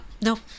no